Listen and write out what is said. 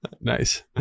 Nice